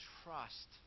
trust